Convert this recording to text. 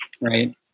right